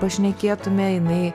pašnekėtume jinai